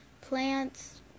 plants